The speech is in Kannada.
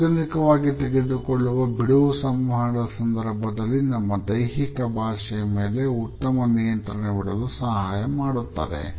ಸಾರ್ವಜನಿಕವಾಗಿ ತೆಗೆದುಕೊಳ್ಳುವ ಬಿಡುವು ಸಂವಹನದ ಸಂದರ್ಭದಲ್ಲಿ ನಮ್ಮ ದೈಹಿಕ ಭಾಷೆಯ ಮೇಲೆ ಉತ್ತಮ ನಿಯಂತ್ರಣವಿಡಲು ಸಹಾಯಮಾಡುತ್ತದೆ